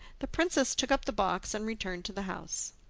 the princess took up the box and returned to the house.